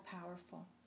powerful